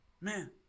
Man